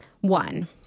one